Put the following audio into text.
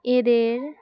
এদের